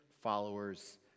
followers